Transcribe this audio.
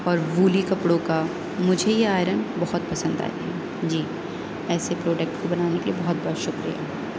اور وولی کپڑوں کا مجھے یہ آئرن بہت پسند آئی جی ایسے پروڈکٹ کو بنانے کے لیے بہت بہت شکریہ